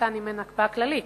למשא-ומתן אם אין הקפאה כללית,